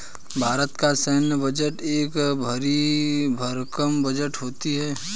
भारत का सैन्य बजट एक भरी भरकम बजट होता है